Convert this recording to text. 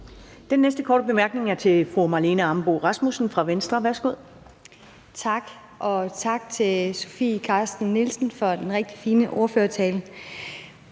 Den næste korte bemærkning er fra fru Marlene Ambo-Rasmussen fra Venstre. Værsgo. Kl. 13:52 Marlene Ambo-Rasmussen (V): Tak. Og tak til Sofie Carsten Nielsen for den rigtig fine ordførertale.